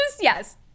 yes